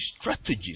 strategies